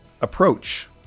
approach